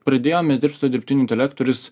pradėjom mes dirbt su dirbtiniu intelektu ir jis